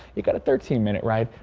you got a thirteen minute ride,